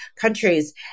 countries